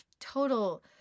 total